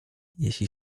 jeśli